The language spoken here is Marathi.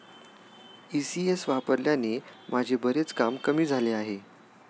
ई.सी.एस वापरल्याने माझे बरेच काम कमी झाले आहे